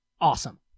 Awesome